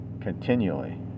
continually